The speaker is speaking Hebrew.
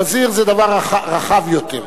וזיר זה דבר רחב יותר.